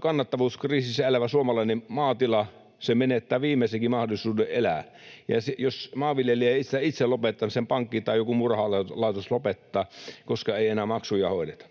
kannattavuuskriisissä elävä suomalainen maatila menettää viimeisenkin mahdollisuuden elää. Jos maanviljelijä ei sitä itse lopeta, niin sen pankki tai joku muu rahalaitos lopettaa, koska ei enää maksuja hoideta.